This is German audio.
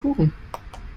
kuchen